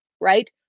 right